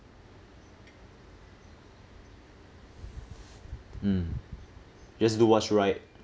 mm just do what's right